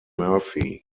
murphy